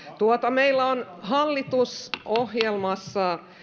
meillä on hallitusohjelmassa